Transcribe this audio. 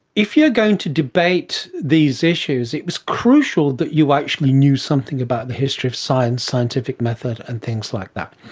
if you're going to debate these issues, it was crucial that you actually knew something about the history of science, scientific method and things like that.